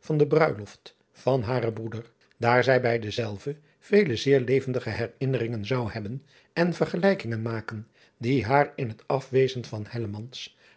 van de bruiloft van driaan oosjes zn et leven van illegonda uisman haren broeder daar zij bij dezelve vele zeer levendige herinneringen zou hebben en vergelijkingen maken die haar in het afwezen van